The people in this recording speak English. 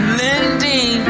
lending